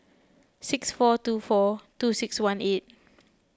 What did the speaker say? six four two four two six one eight